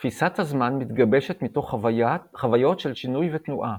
תפיסת הזמן מתגבשת מתוך חוויות של שינוי ותנועה,